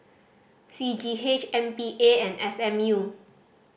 C G H M P A and S M U